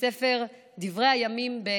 בספר דברי הימים ב'